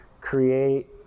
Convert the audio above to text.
create